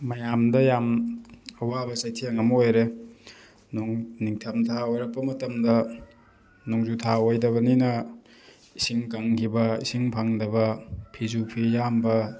ꯃꯌꯥꯝꯗ ꯌꯥꯝ ꯑꯋꯥꯕ ꯆꯩꯊꯦꯡ ꯑꯃ ꯑꯣꯏꯔꯦ ꯅꯣꯡ ꯅꯤꯡꯊꯝꯊꯥ ꯑꯣꯏꯔꯛꯄ ꯃꯇꯝꯗ ꯅꯣꯡꯖꯨꯊꯥ ꯑꯣꯏꯗꯕꯅꯤꯅ ꯏꯁꯤꯡ ꯀꯪꯈꯤꯕ ꯏꯁꯤꯡ ꯐꯪꯗꯕ ꯐꯤꯁꯨ ꯐꯤꯖꯥꯝꯕ